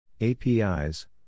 APIs